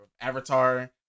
Avatar